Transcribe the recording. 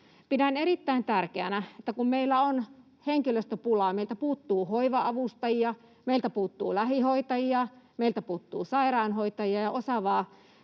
Pidän erittäin tärkeänä, että kun meillä on henkilöstöpulaa — meiltä puuttuu hoiva-avustajia, meiltä puuttuu lähihoitajia, meiltä puuttuu sairaanhoitajia ja osaavaa